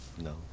No